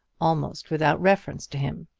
almost without reference to him.